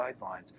guidelines